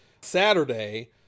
Saturday